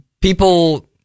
people –